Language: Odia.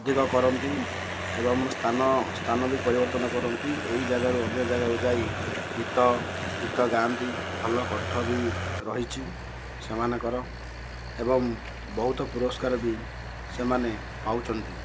ଅଧିକ କରନ୍ତି ଏବଂ ସ୍ଥାନ ସ୍ଥାନ ବି ପରିବର୍ତ୍ତନ କରନ୍ତି ଏହି ଜାଗାରୁ ଅନ୍ୟ ଜାଗାକୁ ଯାଇ ଗୀତ ଗୀତ ଗାଆନ୍ତି ଭଲ କଣ୍ଠ ବି ରହିଛି ସେମାନଙ୍କର ଏବଂ ବହୁତ ପୁରସ୍କାର ବି ସେମାନେ ପାଉଛନ୍ତି